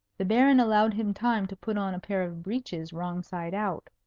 the baron allowed him time to put on a pair of breeches wrong side out.